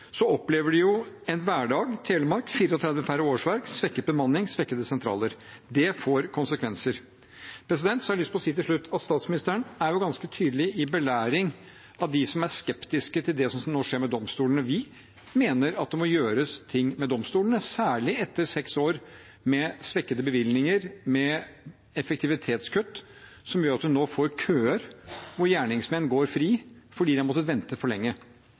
opplever en hverdag. I Telemark er det 34 færre årsverk, svekket bemanning, svekkede sentraler. Det får konsekvenser. Jeg har lyst til å si til slutt at statsministeren er ganske tydelig i belæringen av dem som er skeptiske til det som nå skjer med domstolene. Vi mener det må gjøres noe med domstolene – særlig etter seks år med svekkede bevilgninger, med effektivitetskutt, som gjør at man nå får køer, og at gjerningsmenn går fri fordi de har ventet for lenge.